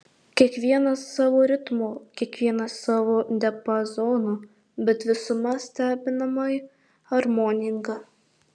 kiekvienas savu ritmu kiekvienas savo diapazonu bet visuma stebinamai harmoninga